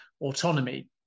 autonomy